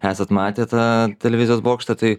esat matę tą televizijos bokštą tai